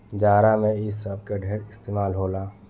जाड़ा मे इ सब के ढेरे इस्तमाल होला